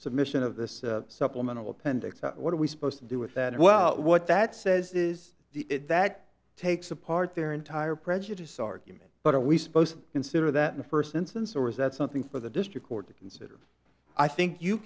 submission of this supplemental appendix what are we supposed to do with that well what that says is that takes apart their entire prejudiced argument but are we supposed to consider that in the first instance or is that something for the district court to consider i think you